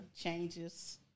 changes